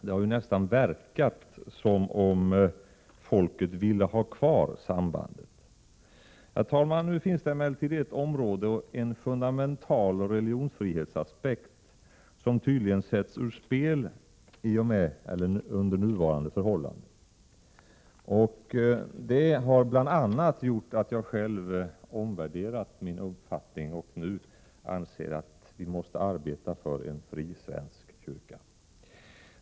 Det har nästan verkat som om folket ville ha kvar sambandet. Nu aktualiseras emellertid en fundamental aspekt på religionsfriheten, som tydligen sätts ur spel under nuvarande förhållanden. Bl. a. det har gjort att jag själv omvärderat min uppfattning och nu anser att vi måste arbeta för en fri svensk kyrka.